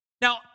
Now